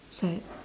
sad